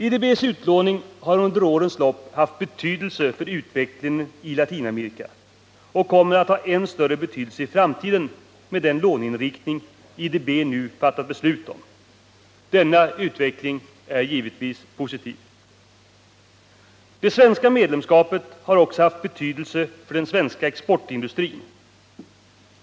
IDB:s utlåning har under årens lopp haft betydelse för utvecklingen i Latinamerika och kommer att ha än större betydelse i framtiden, med den låneinriktning IDB nu fattat beslut om. Denna utveckling är givetvis positiv. Det svenska medlemskapet har också haft betydelse för den svenska exportindustrin.